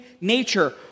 nature